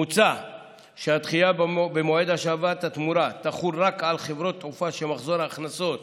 מוצע שהדחייה במועד השבת התמורה תחול רק על חברות תעופה שמחזור ההכנסות